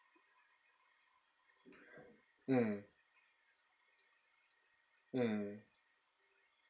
mm mm